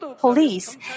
Police